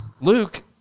Luke